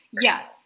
Yes